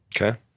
Okay